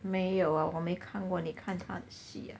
没有 ah 我没看过你看她的戏 ah